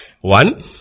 one